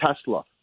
Tesla